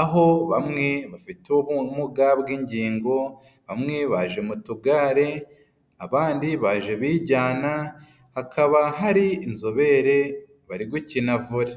aho bamwe bafite ubumuga bw'ingingo, bamwe baje mu tugare abandi baje bijyana, hakaba hari inzobere bari gukina vore.